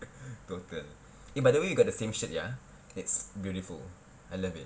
total eh by the way we got the same shirt ya it's beautiful I love it